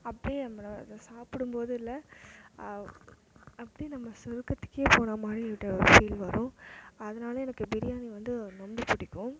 அப்படியே அதை சாப்பிடும்போது இல்லை அப்படியே நம்ம சொர்க்கத்துக்கே போன மாதிரி ஒரு ஃபீல் வரும் அதனால் எனக்கு பிரியாணி வந்து ரொம்ப பிடிக்கும்